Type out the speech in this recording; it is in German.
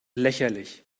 lächerlich